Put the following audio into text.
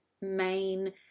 main